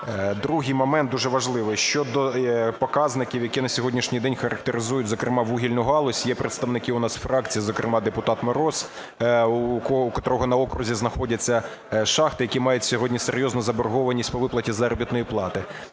Другий момент, дуже важливий, щодо показників, які на сьогоднішній день характеризують, зокрема, вугільну галузь. Є представники у нас фракцій, зокрема депутат Мороз, у котрого на окрузі знаходяться шахти, які мають сьогодні серйозну заборгованість по виплаті заробітної плати.